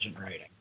writing